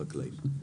החקלאים.